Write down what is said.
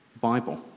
Bible